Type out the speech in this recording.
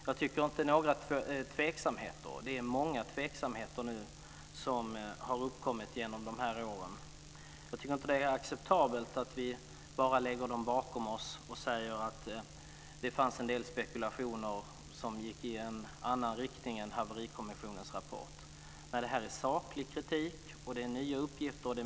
Jag tycker inte att det är acceptabelt att vi bara lägger dessa tveksamheter - det är ju många tveksamheter som uppkommit under de här åren - bakom oss och säger att det fanns en del spekulationer som gick i en annan riktning än Haverikommissionens rapport. Det är ju saklig kritik och det är nya uppgifter.